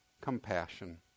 compassion